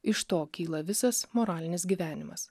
iš to kyla visas moralinis gyvenimas